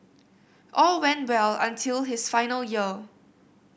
all went well until his final year